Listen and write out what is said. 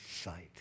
sight